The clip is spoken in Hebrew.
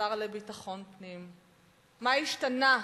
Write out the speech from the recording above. השר לביטחון פנים: מה השתנה?